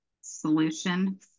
solution